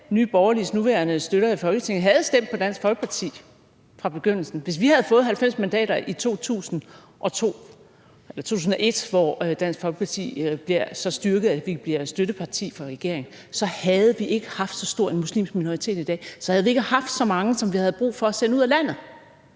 Nye Borgerliges nuværende støtter i Folketinget havde stemt på Dansk Folkeparti fra begyndelsen. Hvis vi havde fået 90 mandater i 2001, hvor Dansk Folkeparti blev så styrket, at vi blev et støtteparti for regeringen, så havde vi ikke haft så stor en muslimsk minoritet i dag, så havde vi ikke haft så mange, som vi havde brug for at sende ud af landet.